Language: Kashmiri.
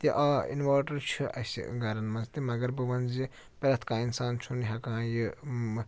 تہِ آ اِنوٲرٹَر چھُ اسہِ گھرَن منٛز تہِ مگر بہٕ وَنہٕ زِ پرٛیٚتھ کانٛہہ اِنسان چھُنہٕ ہیٚکان یہِ